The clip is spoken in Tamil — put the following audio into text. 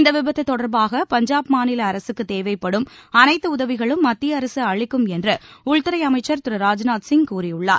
இந்த விபத்து தொடர்பாக பஞ்சாப் மாநில அரசுக்கு தேவைப்படும் அனைத்து உதவிகளும் மத்திய அரசு அளிக்கும் என்று உள்துறை அமைச்சர் திரு ராஜ்நாத் சிங் கூறியுள்ளார்